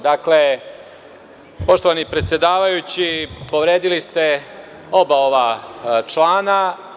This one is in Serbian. Dakle, poštovani predsedavajući, povredili ste oba ova člana.